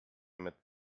mit